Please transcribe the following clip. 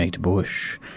Bush